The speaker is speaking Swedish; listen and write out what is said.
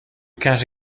kanske